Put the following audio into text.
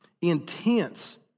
intense